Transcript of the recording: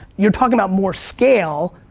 you're talking about more scale,